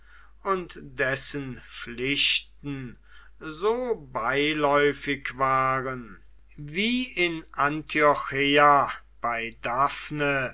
und dessen pflichten so beiläufig waren wie in antiocheia bei daphne